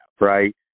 right